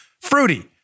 fruity